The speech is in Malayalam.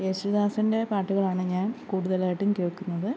യേശുദാസിൻ്റെ പാട്ടുകളാണ് ഞാൻ കൂടുതലായിട്ടും കേൾക്കുന്നത്